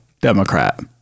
Democrat